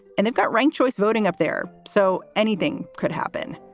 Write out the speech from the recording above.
and they've got ranked choice voting up there. so anything could happen.